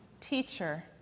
Teacher